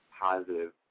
positive